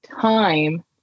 time